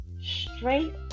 straight